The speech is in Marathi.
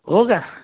हो का